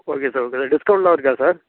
okay sir உங்கள் இதில் டிஸ்கவுண்ட்லாம் இருக்கா சார்